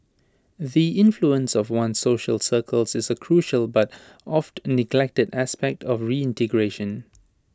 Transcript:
the influence of one's social circles is A crucial but oft neglected aspect of reintegration